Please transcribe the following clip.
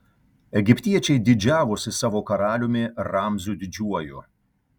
egiptiečiai didžiavosi savo karaliumi ramziu didžiuoju